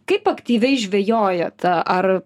kaip aktyviai žvejojat ar